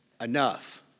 enough